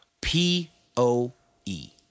P-O-E